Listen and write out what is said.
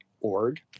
org